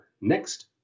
next